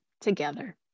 together